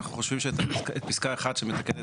אנחנו חושבים שאת פסקה 1 שמתקנת,